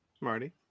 Marty